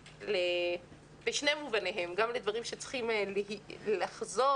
בשני מובנים: גם לדברים שצריכים לחזור